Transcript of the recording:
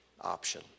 option